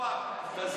אדוני היושב-ראש,